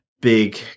big